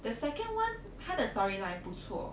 the second one 他的 storyline 不错